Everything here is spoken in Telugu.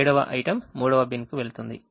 7వ item 3వ బిన్కు వెళుతుంది